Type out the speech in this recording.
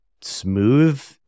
smooth